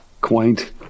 quaint